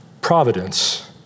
providence